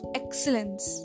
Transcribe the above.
excellence